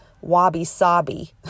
wabi-sabi